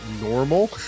normal